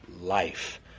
life